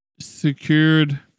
secured